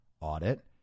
audit